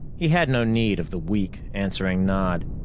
he had no need of the weak answering nod.